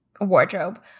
wardrobe